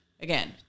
again